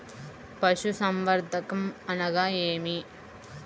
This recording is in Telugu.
పశుసంవర్ధకం అనగా ఏమి?